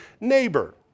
neighbor